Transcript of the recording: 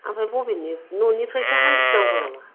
ओमफ्राय बबेनि न'निफ्रायसो हान्थिनांगौ नामा